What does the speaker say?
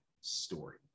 story